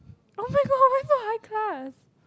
oh-my-god why so high class